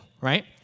right